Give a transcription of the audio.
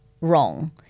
Wrong